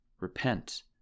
repent